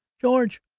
george!